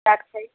ଚାଟ୍ ଖାଇ